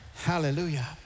Hallelujah